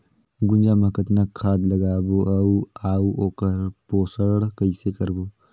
गुनजा मा कतना खाद लगाबो अउ आऊ ओकर पोषण कइसे करबो?